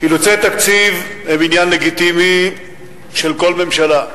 אילוצי תקציב הם עניין לגיטימי של כל ממשלה.